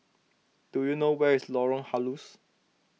do you know where is Lorong Halus